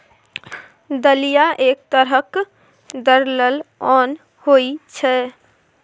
दलिया एक तरहक दरलल ओन होइ छै